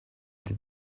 des